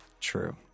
True